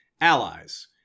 allies